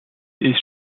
ist